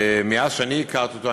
מאז שאני הכרתי אותו,